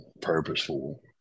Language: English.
purposeful